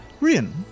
Ryan